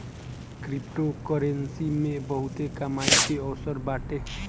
cryptocurrency मे बहुते कमाई के अवसर बाटे